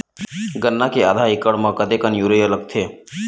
गन्ना के आधा एकड़ म कतेकन यूरिया लगथे?